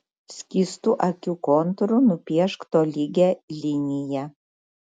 skystu akių kontūru nupiešk tolygią liniją